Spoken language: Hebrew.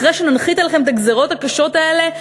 אחרי שננחית עליכם את הגזירות הקשות האלה,